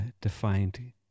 defined